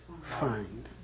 find